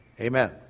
Amen